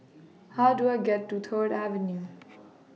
How Do I get to Third Avenue